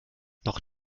noch